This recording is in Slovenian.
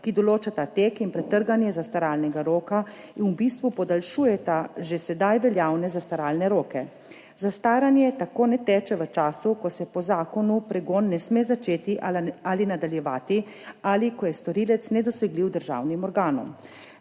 ki določata tek in pretrganje zastaralnega roka in v bistvu podaljšujeta že sedaj veljavne zastaralne roke. Zastaranje tako ne teče v času, ko se po zakonu pregon ne sme začeti ali nadaljevati, ali ko je storilec nedosegljiv državnim organom.